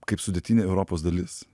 kaip sudėtinė europos dalis